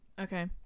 okay